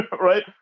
Right